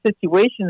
situation